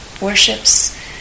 worships